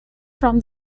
from